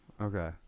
Okay